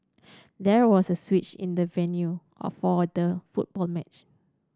there was a switch in the venue or for the football match